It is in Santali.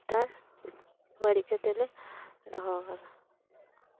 ᱱᱮᱛᱟᱨ ᱵᱟᱹᱲᱤᱡ ᱠᱟᱛᱮᱞᱮ ᱫᱚᱦᱚᱣ ᱟᱠᱟᱫᱟ